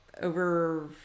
over